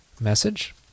message